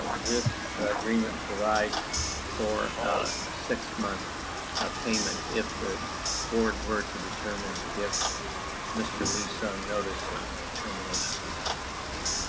this agreement provides for a six month payment if the board were to determine to give mr. lee-sung notice ah of termination without cause.